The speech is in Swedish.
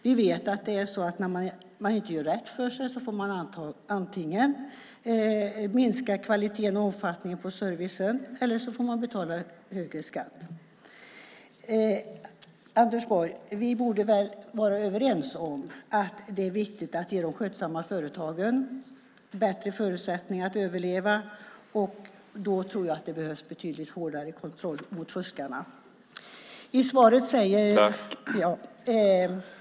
Vi vet att när man inte gör rätt för sig får man antingen minska kvaliteten och omfattningen på servicen eller betala högre skatt. Vi borde vara överens om att det är viktigt att ge de skötsamma företagen bättre förutsättningar att överleva, Anders Borg. Då tror jag att det behövs betydligare hårdare kontroll av fuskarna.